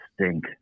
stink